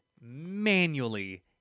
manually